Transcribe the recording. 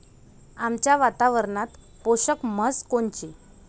आमच्या वातावरनात पोषक म्हस कोनची?